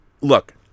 look